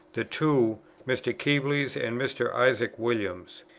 the two mr. kebles, and mr. isaac williams.